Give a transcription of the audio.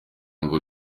ngo